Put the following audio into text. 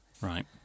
Right